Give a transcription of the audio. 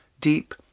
Deep